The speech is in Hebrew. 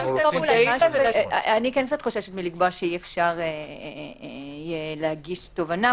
אני חוששת מלקבוע שאי-אפשר יהיה להגיש תובענה.